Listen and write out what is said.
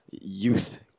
Youth